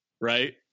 Right